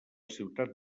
ciutat